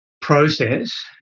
process